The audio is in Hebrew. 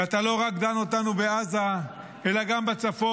ואתה לא רק דן אותנו בעזה אלא גם בצפון,